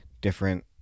different